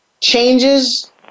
changes